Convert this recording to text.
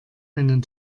einen